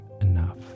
enough